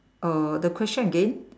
err the question again